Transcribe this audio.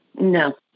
No